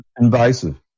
invasive